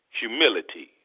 humility